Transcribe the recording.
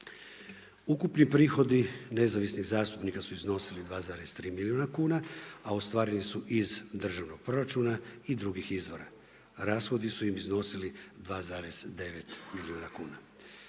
Ukupni prihodi nezavisnih zastupnika su iznosili 2,3 milijuna kuna, a ostvareni su iz državnog proračuna i drugih izvora. Rashodi su im iznosili 2,9 milijuna kuna.